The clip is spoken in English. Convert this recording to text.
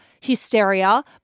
hysteria